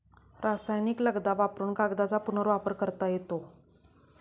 रासायनिक लगदा वापरुन कागदाचा पुनर्वापर करता येतो